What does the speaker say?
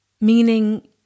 meaning